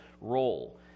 role